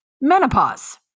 menopause